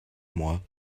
moi